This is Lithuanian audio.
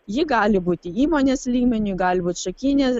ji gali būti įmonės lygmeniu gali būt šakinė